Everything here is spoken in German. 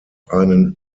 einen